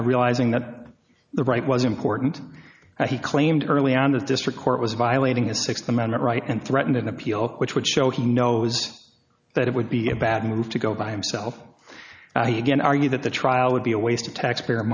right realizing that the right was important and he claimed early on the district court was violating his sixth amendment right and threatened in appeal which would show he knows that it would be a bad move to go by himself again argue that the trial would be a waste of taxpayer